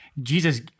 Jesus